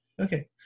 Okay